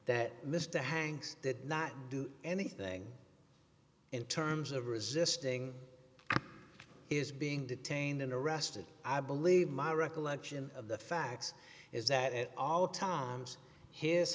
that mr hanks did not do anything in terms of resisting his being detained and arrested i believe my recollection of the facts is that at all times his